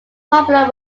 popular